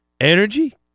energy